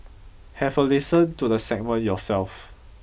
have a listen to the segment yourself